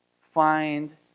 find